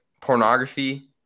pornography